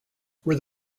were